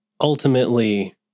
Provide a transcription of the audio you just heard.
ultimately